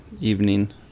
evening